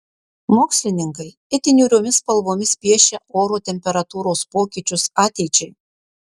mokslininkai itin niūriomis spalvomis piešia oro temperatūros pokyčius ateičiai